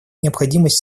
необходимость